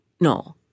no